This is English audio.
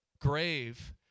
grave